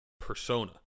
persona